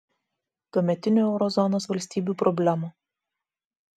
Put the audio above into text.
tuometinių euro zonos valstybių problemų